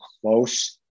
close